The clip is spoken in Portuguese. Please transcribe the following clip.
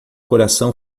coração